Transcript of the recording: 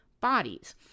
bodies